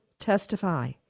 testify